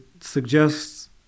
suggests